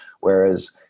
whereas